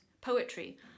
poetry